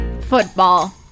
Football